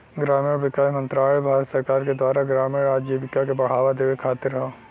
ग्रामीण विकास मंत्रालय भारत सरकार के द्वारा ग्रामीण आजीविका के बढ़ावा देवे खातिर हौ